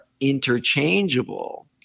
interchangeable